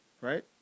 Right